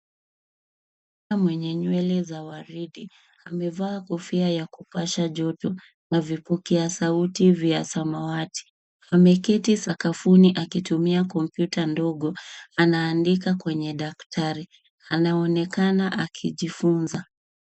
Msichana mwenye nywele za waridi amevaa kofia ya kupasha joto na vipokea sauti vya samawati. Ameketi sakafuni akitumia kompyuta ndogo anaandika kwenye daftari, anaonekana akijifunza.